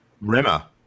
Rima